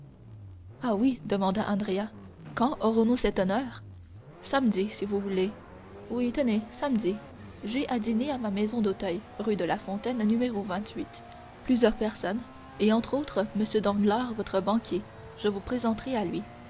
ah oui demanda andrea quand aurons-nous cet honneur samedi si vous voulez oui tenez samedi j'ai à dîner à ma maison d'auteuil rue de la fontaine plusieurs personnes et entre autres m danglars votre banquier je vous présenterai à lui